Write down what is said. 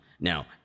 Now